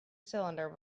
cylinder